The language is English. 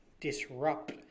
disrupt